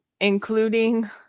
including